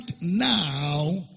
now